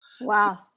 Wow